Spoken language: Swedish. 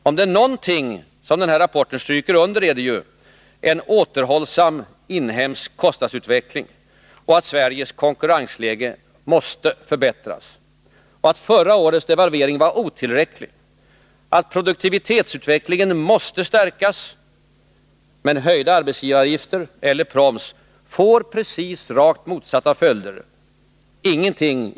Om det är någonting som LU-rapporten stryker under är det ju en återhållsam inhemsk kostnadsutveckling och att Sveriges konkurrensläge måste förbättras, att förra årets devalvering var otillräcklig och att produktivitetsutvecklingen måste stärkas. Men höjda arbetsgivaravgifter eller proms får rakt motsatta konsekvenser.